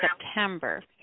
September